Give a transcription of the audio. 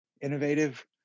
innovative